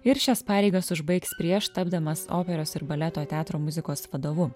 ir šias pareigas užbaigs prieš tapdamas operos ir baleto teatro muzikos vadovu